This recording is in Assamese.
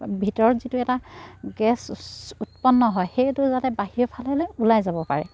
ভিতৰত যিটো এটা গেছ উৎপন্ন হয় সেইটো যাতে বাহিৰৰফাললে ওলাই যাব পাৰে